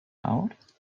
out